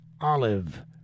olive